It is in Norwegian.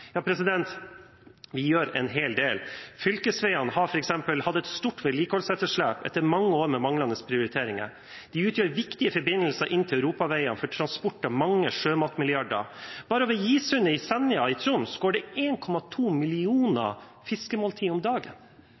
vi gjør en hel del. Fylkesveiene har f.eks. hatt et stort vedlikeholdsetterslep etter mange år med manglende prioriteringer. De utgjør viktige forbindelser inn til europaveier for transport av mange sjømatmilliarder. Bare over Gisundet i Senja i Troms går det 1,2 millioner fiskemåltid om dagen.